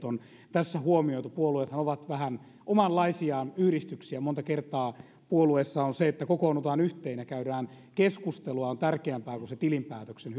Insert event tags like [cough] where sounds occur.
[unintelligible] on tässä huomioitu puolueethan ovat vähän omanlaisiaan yhdistyksiä monta kertaa puolueessa se että kokoonnutaan yhteen ja käydään keskustelua on tärkeämpää kuin se tilinpäätöksen [unintelligible]